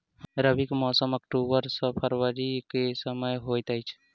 रबीक मौसम अक्टूबर सँ फरबरी क समय होइत अछि